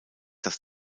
dass